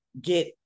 get